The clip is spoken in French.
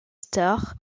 star